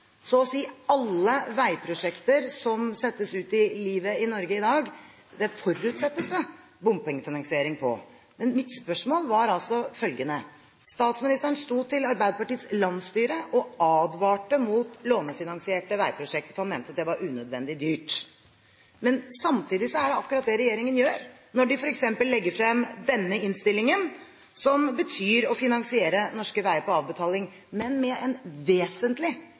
Så å si alle veiprosjekter som settes ut i livet i Norge i dag, forutsettes det bompengefinansiering til. Jeg har et spørsmål. Statsministeren sto i Arbeiderpartiets landsstyre og advarte mot lånefinansierte veiprosjekter fordi han mente det var unødvendig dyrt. Men samtidig er det akkurat det regjeringen gjør når de f.eks. legger frem denne proposisjonen – som betyr å finansiere norske veier på avbetaling, men med en vesentlig